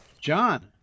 John